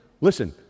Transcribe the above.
listen